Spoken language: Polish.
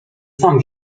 sam